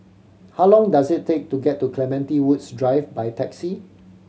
how long does it take to get to Clementi Woods Drive by taxi